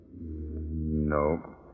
No